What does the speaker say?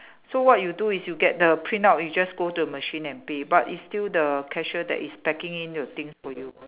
so what you do is you get the print out you go to the machine and pay but it's still the cashier that is packing in your things for you